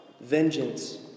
vengeance